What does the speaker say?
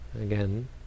again